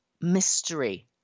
mystery